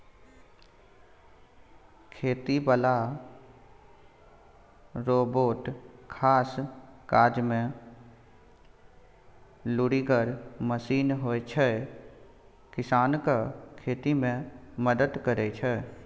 खेती बला रोबोट खास काजमे लुरिगर मशीन होइ छै किसानकेँ खेती मे मदद करय छै